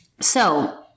So-